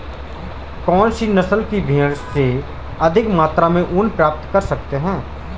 कौनसी नस्ल की भेड़ से अधिक मात्रा में ऊन प्राप्त कर सकते हैं?